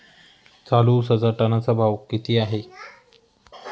चालू उसाचा टनाचा भाव किती आहे?